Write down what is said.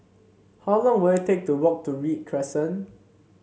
how long will it take to walk to Read Crescent